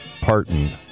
Parton